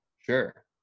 sure